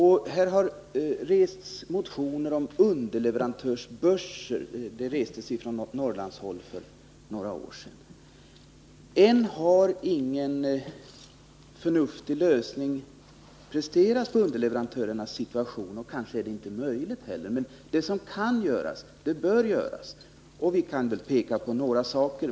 Det har också väckts motioner om underleverantörsbörser, bl.a. från Norrlandshåll för några år sedan. Ännu har ingen förnuftig lösning presterats på underleverantörernas situation, och det kanske inte heller är möjligt. Men det som kan göras bör göras, och vi kan peka på några saker.